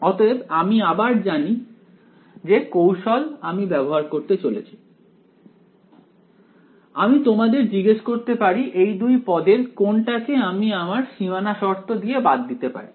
অতএব আবার আমি জানি যে কৌশল আমি ব্যবহার করতে চলেছি আমি তোমাদের জিজ্ঞেস করতে পারি এই দুই পদের কোনটাকে আমি আমার সীমানা শর্ত দিয়ে বাদ দিতে পারি